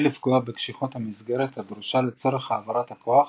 לפגוע בקשיחות המסגרת הדרושה לצורך העברת הכוח